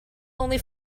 only